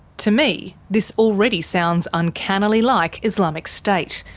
to me, this already sounds uncannily like islamic state,